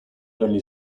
only